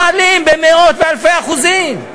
מעלים במאות ובאלפי אחוזים.